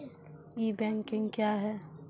ई banking क्या हैं?